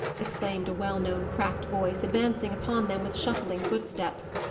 exclaimed a well-known cracked voice, advancing upon them with shuffling footsteps.